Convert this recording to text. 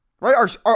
right